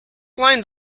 lined